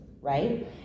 right